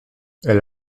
elle